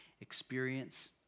experience